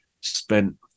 spent